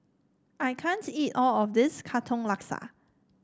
I can't eat all of this Katong Laksa